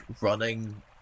running